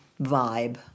vibe